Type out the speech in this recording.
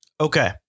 Okay